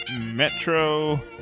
Metro